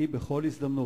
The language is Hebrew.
אני, בכל הזדמנות.